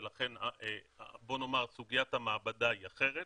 ולכן סוגית המעבדה היא אחרת.